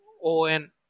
on